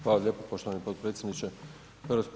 Hvala lijepo poštovani potpredsjedniče HS.